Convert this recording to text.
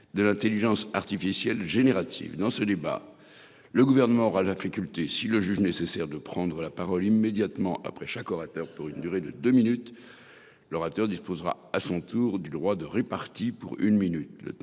de l'intelligence artificielle générative ». Je vous rappelle que, dans ce débat, le Gouvernement aura la faculté, s'il le juge nécessaire, de prendre la parole immédiatement après chaque orateur pour une durée de deux minutes ; l'orateur disposera alors à son tour du droit de répartie, pour une minute.